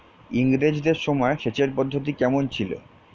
ইঙরেজদের সময় সেচের পদ্ধতি কমন ছিল?